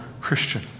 Christian